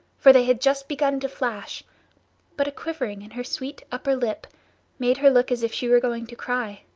for they had just begun to flash but a quivering in her sweet upper lip made her look as if she were going to cry.